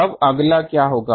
अब अगला क्या होगा